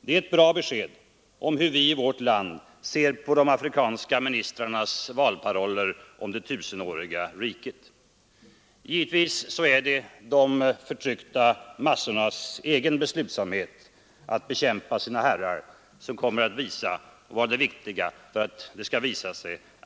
Det är ett bra besked om hur vi i vårt land ser på de afrikanska ministrarnas valparoller om det tusenåriga riket. De förtryckta massornas egen beslutsamhet att bekämpa sina herrar kommer att visa att